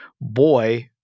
boy